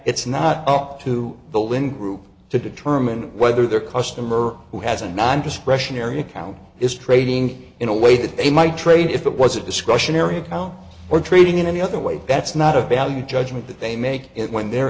it's not up to the lynn group to determine whether their customer who has a non discretionary account is trading in a way that they might trade if it was a discretionary account or trading in any other way that's not a value judgment that they make it when they're